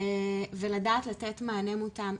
ולדעת לתת מענה מותאם.